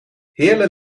heerlen